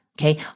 Okay